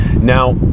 Now